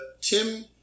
Tim